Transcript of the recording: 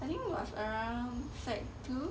I think it was around sec two